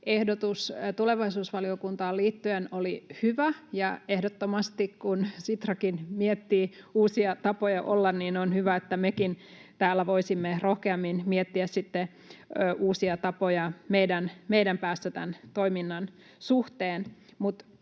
ehdotus tulevaisuusvaliokuntaan liittyen oli hyvä. Ehdottomasti, kun Sitrakin miettii uusia tapoja olla, on hyvä, että mekin täällä voisimme sitten rohkeammin miettiä uusia tapoja meidän päässämme tämän toiminnan suhteen.